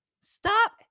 Stop